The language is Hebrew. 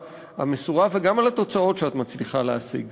והמסורה וגם על התוצאות שאת מצליחה להשיג.